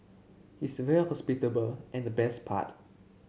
he's very hospitable and the best part